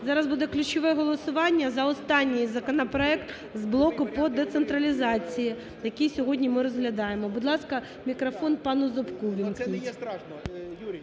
Зараз буде ключове голосування за останній законопроект з блоку по децентралізації, який сьогодні ми розглядаємо. Будь ласка, мікрофон пану Зубку ввімкніть. 17:26:27 ЗУБКО Г.Г.